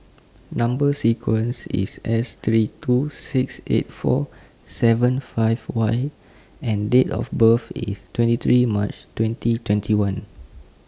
Number sequence IS S three two six eight four seven five Y and Date of birth IS twenty three March twenty twenty one